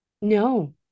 No